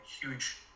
huge